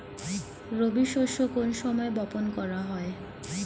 রবি শস্য কোন সময় বপন করা হয়?